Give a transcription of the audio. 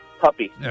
Puppy